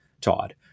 todd